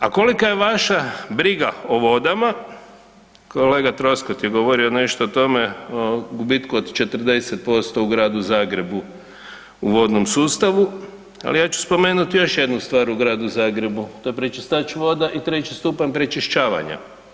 A kolika je vaša briga o vodama, kolega Troskot je govorio nešto o tome o gubitku od 40% u Gradu Zagrebu u vodnom sustavu, ali ja ću spomenuti još jednu stvar u Gradu Zagrebu, to je pročistač voda i treći stupanj prečišćavanja.